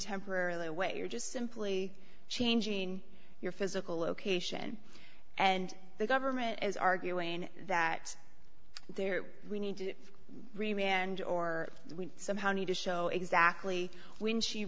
temporarily away or just simply changing your physical location and the government is arguing that there we need to and or we somehow need to show exactly when she